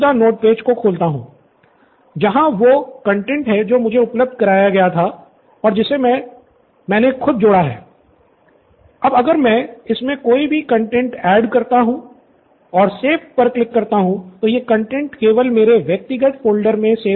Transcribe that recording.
professor Bala ठीक है तो अब हम कहाँ हैं